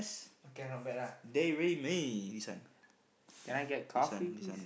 can not bad lah can I get coffee